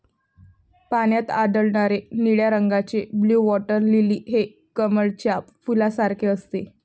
पाण्यात आढळणारे निळ्या रंगाचे ब्लू वॉटर लिली हे कमळाच्या फुलासारखे असते